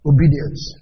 Obedience